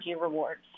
rewards